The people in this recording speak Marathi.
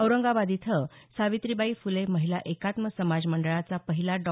औरंगाबाद इथं सावित्रीबाई फुले महिला एकात्म समाज मंडळाचा पहिला डॉ